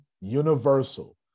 universal